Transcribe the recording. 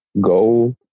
go